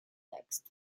text